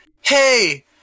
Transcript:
hey